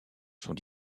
sont